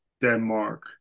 Denmark